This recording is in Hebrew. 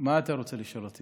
אפשר אחר כך לשאול,